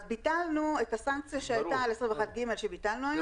אז ביטלנו את הסנקציה שהייתה על 21ג שביטלנו היום